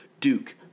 Duke